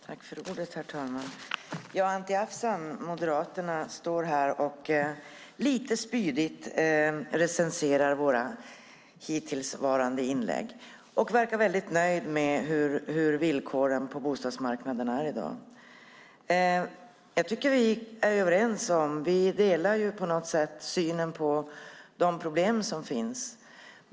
Herr talman! Anti Avsan från Moderaterna står här och recenserar lite spydigt våra hittillsvarande inlägg och verkar väldigt nöjd med hur villkoren är på bostadsmarknaden i dag. Vi delar på något sätt synen på de problem som finns.